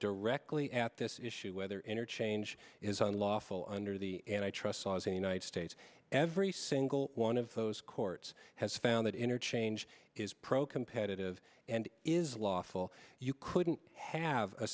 directly at this issue whether interchange is unlawful under the and i trust laws in united states every single one of those courts has found that interchange is pro competitive and is lawful you couldn't have a